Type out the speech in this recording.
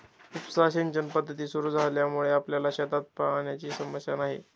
उपसा सिंचन पद्धत सुरु झाल्यामुळे आपल्या शेतात पाण्याची समस्या नाही